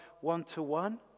one-to-one